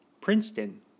Princeton